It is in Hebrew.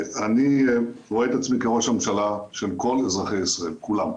אני רואה את עצמי כראש הממשלה של כל אזרחי ישראל כולם.